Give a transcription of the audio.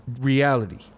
Reality